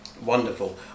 Wonderful